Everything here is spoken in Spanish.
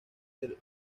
del